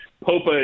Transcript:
Popa